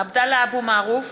(קוראת בשמות חברי הכנסת) עבדאללה אבו מערוף,